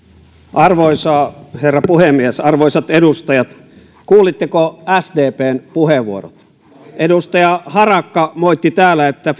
arvoisa herra puhemies arvoisat edustajat kuulitteko sdpn puheenvuorot edustaja harakka moitti täällä että